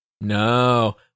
No